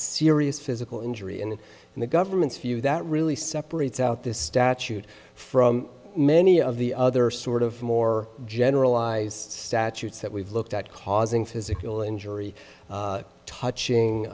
serious physical injury and in the government's view that really he separates out this statute from many of the other sort of more generalized statutes that we've looked at causing physical injury touching